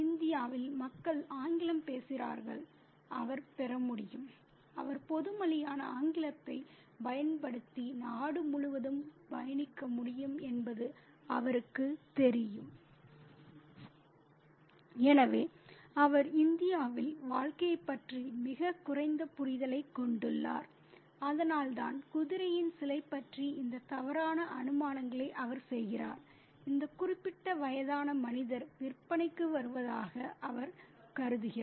இந்தியாவில் மக்கள் ஆங்கிலம் பேசுகிறார்கள் அவர் பெற முடியும் அவர் பொது மொழியான ஆங்கிலத்தை பயன்படுத்தி நாடு முழுவதும் பயணிக்க முடியும் என்பது அவருக்குத் தெரியும் எனவே அவர் இந்தியாவில் வாழ்க்கையைப் பற்றி மிகக் குறைந்த புரிதலைக் கொண்டுள்ளார் அதனால்தான் குதிரையின் சிலை பற்றி இந்த தவறான அனுமானங்களை அவர் செய்கிறார் இந்த குறிப்பிட்ட வயதான மனிதர் விற்பனைக்கு வருவதாக அவர் கருதுகிறார்